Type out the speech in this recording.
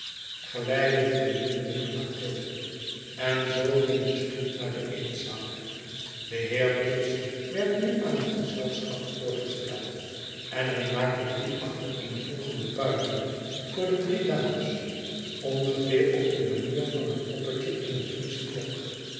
geleidde de beminnelijke mathilde en zoo ging de stoet naar de eetzaal de heer tibbs werd nu aan het gezelschap voorgesteld en hij maaktedrie achtereenvolgendebuigingen voor de drie dames ongeveer op de manier van een poppetje in een friesche klok